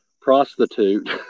prostitute